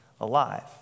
alive